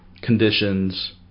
conditions